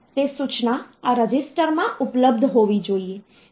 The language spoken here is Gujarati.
તે સૂચના આ રજિસ્ટરમાં ઉપલબ્ધ હોવી જોઈએ